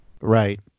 Right